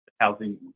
housing